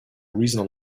reason